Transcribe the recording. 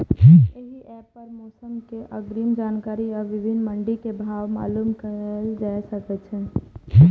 एहि एप पर मौसम के अग्रिम जानकारी आ विभिन्न मंडी के भाव मालूम कैल जा सकै छै